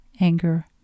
anger